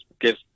give